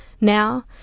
now